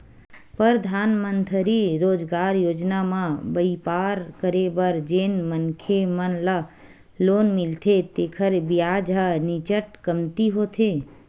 परधानमंतरी रोजगार योजना म बइपार करे बर जेन मनखे मन ल लोन मिलथे तेखर बियाज ह नीचट कमती होथे